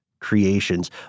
creations